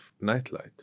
nightlight